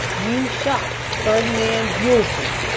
you shot ferdinand bulford.